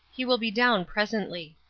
he will be down presently.